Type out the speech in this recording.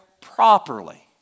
properly